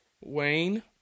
Wayne